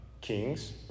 kings